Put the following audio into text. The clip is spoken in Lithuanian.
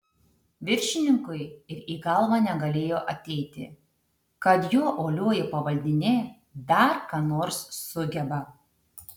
viršininkui ir į galvą negalėjo ateiti kad jo uolioji pavaldinė dar ką nors sugeba